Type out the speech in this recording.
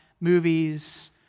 movies